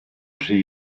rhy